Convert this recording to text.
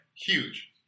huge